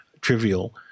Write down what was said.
trivial